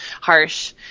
harsh